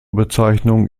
bezeichnung